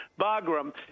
Bagram